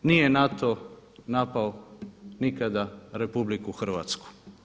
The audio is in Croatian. Nije NATO napao nikada Republiku Hrvatsku.